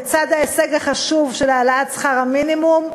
בצד ההישג החשוב של העלאת שכר המינימום,